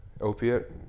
opiate